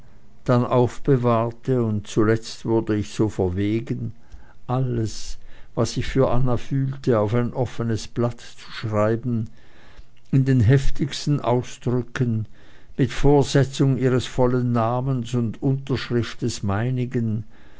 dann aufbewahrte und zuletzt wurde ich so verwegen alles was ich für anna fühlte auf ein offenes blatt zu schreiben in den heftigsten ausdrücken mit vorsetzung ihres vollen namens und unterschrift des meinigen